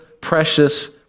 precious